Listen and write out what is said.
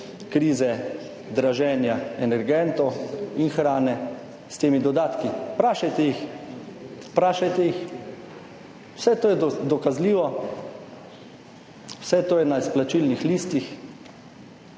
krize draženja energentov in hrane. Vprašajte jih, vprašajte jih. Vse to je dokazljivo, vse to je na izplačilnih listih